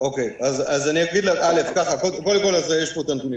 אז אני אגיד ככה: קודם כול, יש פה את הנתונים.